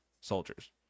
soldiers